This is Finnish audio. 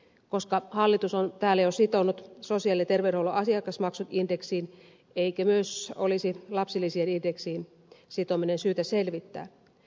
koska hallitus on täällä jo sitonut sosiaali ja terveydenhuollon asiakasmaksut indeksiin eikö olisi myös lapsilisien indeksiin sitominen syytä selvittää